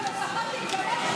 לפחות תתבייש,